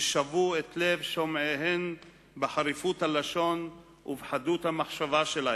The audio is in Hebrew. ששבו את לב שומעיהן בחריפות הלשון ובחדות המחשבה שלהן.